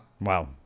Wow